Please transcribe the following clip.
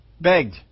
Begged